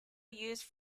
used